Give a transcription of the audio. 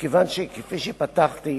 כפי שפתחתי,